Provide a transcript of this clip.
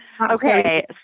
Okay